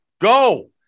Go